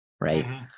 right